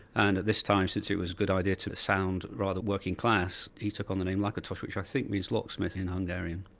and at this time since it was a good idea to sound rather working-class, he took on the name lakatos, which i think means locksmith in hungarian.